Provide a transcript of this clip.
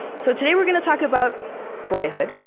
so today, we're gonna talk about boyhood,